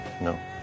No